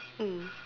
mm